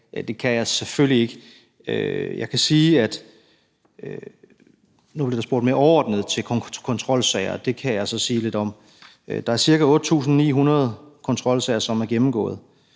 Det kan jeg selvfølgelig ikke. Nu blev der spurgt mere overordnet til kontrolsager, og det kan jeg så sige lidt om. Der er ca. 8.900 kontrolsager, som er gennemgået.